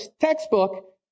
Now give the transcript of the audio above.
textbook